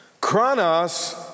Chronos